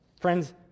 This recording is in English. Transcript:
Friends